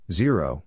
zero